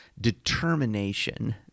determination